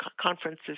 conferences